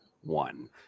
one